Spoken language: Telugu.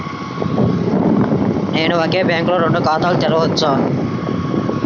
నేను ఒకే బ్యాంకులో రెండు ఖాతాలు తెరవవచ్చా?